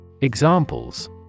Examples